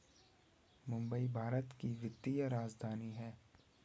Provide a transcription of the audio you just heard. मुंबई भारत की वित्तीय राजधानी है